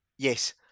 Yes